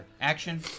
action